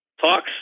talks